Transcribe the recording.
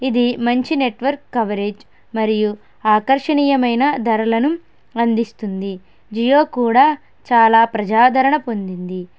ఇది మంచి network coverage మరియు ఆకర్షణీయమైన ధరలను అందిస్తుంది జియో కూడా చాలా ప్రజాదరణ పొందింది